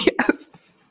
yes